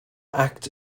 act